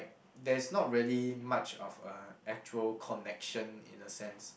there's not really much of uh actual connection in a sense